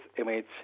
image